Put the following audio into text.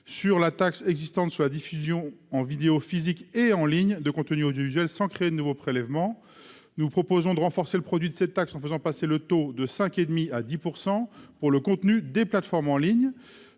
sur la taxe existante soit diffusion en vidéo physique et en ligne de contenus audiovisuels sans créer de nouveaux prélèvements, nous proposons de renforcer le produit de cette taxe, en faisant passer le taux de 5 et demi à 10 % pour le contenu des plateformes en ligne,